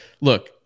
look